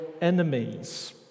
enemies